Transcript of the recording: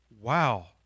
wow